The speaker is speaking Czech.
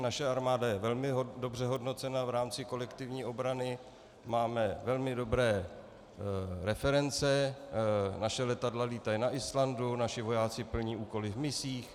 Naše armáda je velmi dobře hodnocena v rámci kolektivní obrany, máme velmi dobré reference, naše letadla létají na Islandu, naši vojáci plní úkoly v misích.